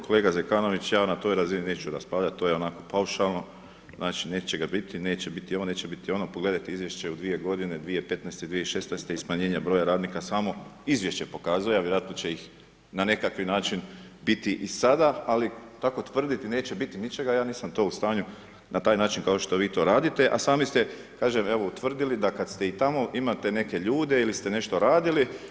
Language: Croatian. Kolega Zekanović, ja na toj razini neću raspravljati, to je onako paušalno, znači neće ga biti, neće biti ovo neće biti ono, pogledajte izvješće u 2 g. 2015., 2016. i smanjenje broja radnika samo izvješće pokazuje a vjerojatno će ih na nekakav način biti i sada, ali tako tvrditi neće biti ničega, ja nisam to u stanju, na taj način, kao što vi to radite, a sami ste kažem, evo utvrdili da kada ste tamo, imate neke ljude ili ste nešto radili.